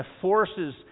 forces